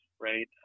right